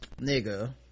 nigga